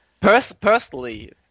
Personally